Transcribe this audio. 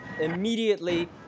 immediately